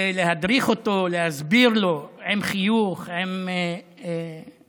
להדריך אותו, להסביר לו, עם חיוך, תמיד